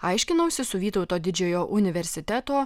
aiškinausi su vytauto didžiojo universiteto